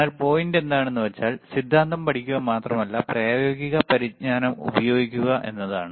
എന്നാൽ പോയിന്റ് എന്താണെന്നുവെച്ചാൽ സിദ്ധാന്തം പഠിക്കുക മാത്രമല്ല പ്രായോഗിക പരിജ്ഞാനം ഉപയോഗിക്കുക എന്നതാണ്